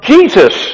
Jesus